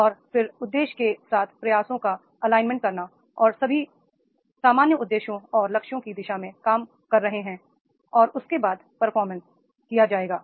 और फिर उद्देश्य के साथ प्रयासों का एलाइनमेंट करना और सभी सामान्य उद्देश्यों और लक्ष्यों की दिशा में काम कर रहे हैं और उसके बाद परफॉर्मेंस किया जाएगा